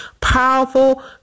powerful